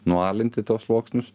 nualinti tuos sluoksnius